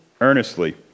earnestly